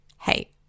Hey